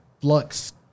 Flux